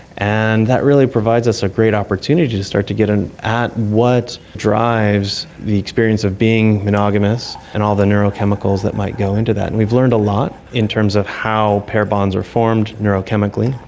and that really provides us a great opportunity to start to get at what drives the experience of being monogamous and all the neurochemicals that might go into that. and we've learnt a lot in terms of how pair bonds are formed neurochemically.